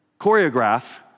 choreograph